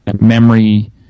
memory